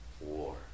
war